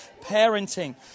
Parenting